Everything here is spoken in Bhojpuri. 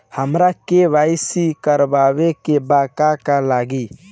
हमरा के.वाइ.सी करबाबे के बा का का लागि?